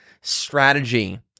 Strategy